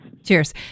Cheers